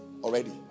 already